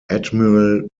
admiral